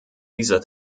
dieser